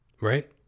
Right